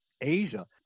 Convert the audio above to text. Asia